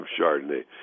Chardonnay